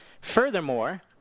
Furthermore